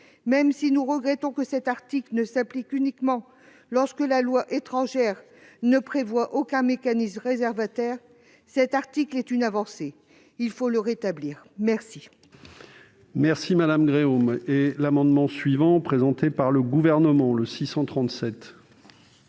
Même si nous regrettons que cet article s'applique uniquement lorsque la loi étrangère ne prévoit aucun mécanisme réservataire, il constitue une avancée. Il faut le rétablir.